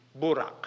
Burak